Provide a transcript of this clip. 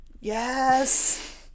Yes